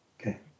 Okay